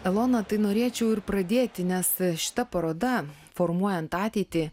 elona tai norėčiau ir pradėti nes šita paroda formuojant ateitį